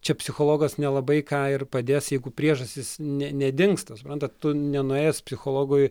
čia psichologas nelabai ką ir padės jeigu priežastys ne nedingsta suprantat tu nenuėjęs psichologui